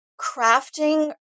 crafting